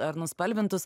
ar nuspalvintus